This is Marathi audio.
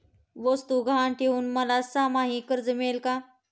वस्तू गहाण ठेवून मला सहामाही कर्ज मिळेल का?